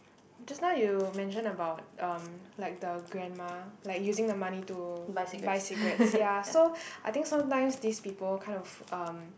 just now you mentioned about um like the grandma like using the money to buy cigarettes ya so I think sometimes these people kind of um